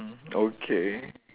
mm okay